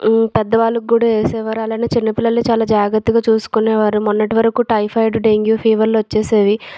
పెద్దవాళ్ళు కూడా వేసేవారు అలాగే చిన్నపిల్లలు చాలా జాగ్రత్తగా చూసుకునేవారు మొన్నటి వరకు టైఫాయిడ్ డెంగ్యూ ఫీవర్లు వచ్చేసేవి